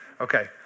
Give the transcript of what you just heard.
Okay